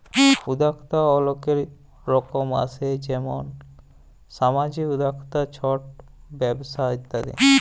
উদ্যক্তা অলেক রকম আসে যেমল সামাজিক উদ্যক্তা, ছট ব্যবসা ইত্যাদি